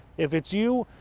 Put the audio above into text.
if it's you,